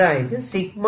അതായത് P